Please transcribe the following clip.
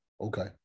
okay